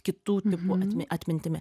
kitu tipu atmi atmintimi